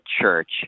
church